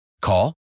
Call